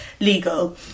legal